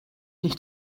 nicht